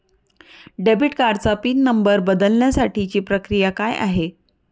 Debit कार्डचा PIN number बदलण्यासाठीची प्रक्रिया काय आहे?